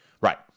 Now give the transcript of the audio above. right